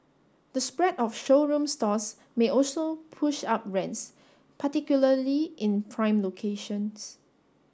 the spread of showroom stores may also push up rents particularly in prime locations